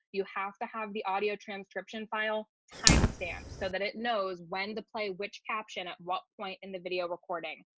you have to have the audio transcription file timestamp so that it knows when to play which caption at what point in the video recording.